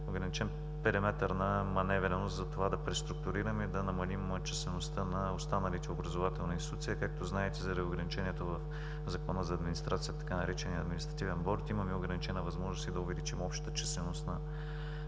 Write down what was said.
ограничен периметър на маневреност за това да преструктурираме и да намалим числеността на останалите образователни институции. А както знаете, заради ограничението в Закона за администрацията, така нареченият „Административен борд“, имаме ограничена възможност и да увеличим общата численост на